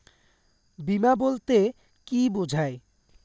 বিমা বলতে কি বোঝায়?